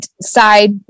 side